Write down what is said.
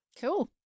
Cool